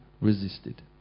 resisted